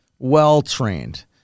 well-trained